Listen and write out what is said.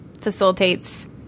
facilitates